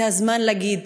זה הזמן להגיד: